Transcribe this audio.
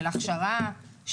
של הכשרה,